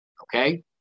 okay